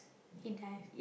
he dies